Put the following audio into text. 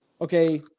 okay